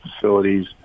facilities